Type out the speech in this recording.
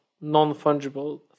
non-fungible